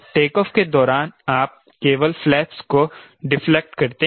takeoff के दौरान आप केवल फ्लैप्स को डिफ्लेक्ट करते हैं